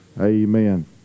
Amen